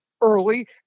early